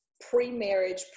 pre-marriage